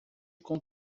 com